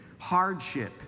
hardship